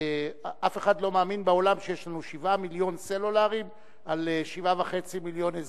אף אחד לא מאמין בעולם שיש לנו 7 מיליון סלולריים על 7.5 מיליון אזרחים.